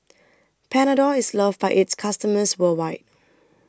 Panadol IS loved By its customers worldwide